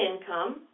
income